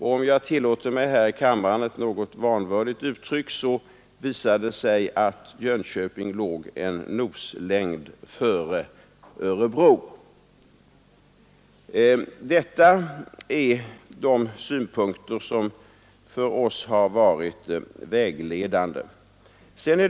Får jag tillåta mig att uttrycka mig något vanvördigt, kan jag säga att det visade sig att Jönköping låg en noslängd före Örebro. Detta är de synpunkter som har varit vägledande för oss.